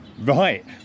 Right